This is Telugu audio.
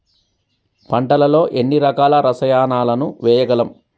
పంటలలో ఎన్ని రకాల రసాయనాలను వేయగలము?